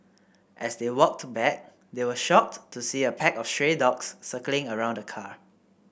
as they walked back they were shocked to see a pack of stray dogs circling around the car